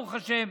ברוך השם,